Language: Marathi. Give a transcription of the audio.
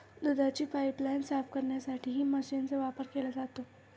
दुधाची पाइपलाइन साफ करण्यासाठीही मशीनचा वापर केला जातो